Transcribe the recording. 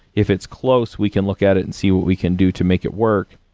if it's close, we can look at it and see what we can do to make it work.